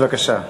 בבקשה.